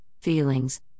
feelings